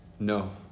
No